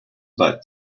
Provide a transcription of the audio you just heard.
but